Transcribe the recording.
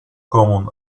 common